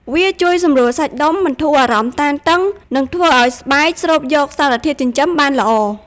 វាជួយសម្រួលសាច់ដុំ បន្ធូរអារម្មណ៍តានតឹង និងធ្វើឲ្យស្បែកស្រូបយកសារធាតុចិញ្ចឹមបានល្អ។